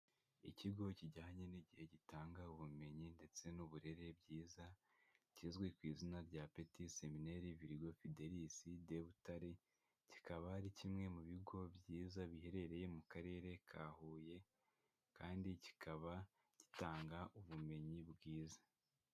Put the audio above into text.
Ikigo kijyanye n'igihe gitanga ubumenyi ndetse n'uburere bwiza kizwi ku izina rya Petit Seminaire Vergo Fidelis de Butare, kikaba ari kimwe mu bigo byiza biherereye mu karere ka Huye, kandi kikaba gitanga ubumenyi bwiza.